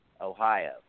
Ohio